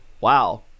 wow